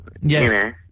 Yes